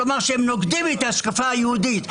כלומר שנוגדים את ההשקפה היהודית,